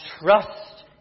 trust